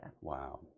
Wow